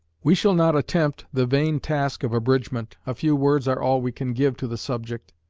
we shall not attempt the vain task of abridgment, a few words are all we can give to the subject.